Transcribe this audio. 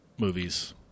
movies